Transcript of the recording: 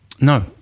No